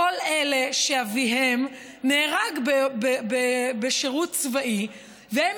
כל אלה שאביהם נהרג בשירות צבאי והם